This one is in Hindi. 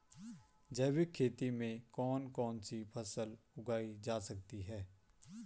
जैविक खेती में कौन कौन सी फसल उगाई जा सकती है?